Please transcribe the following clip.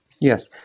Yes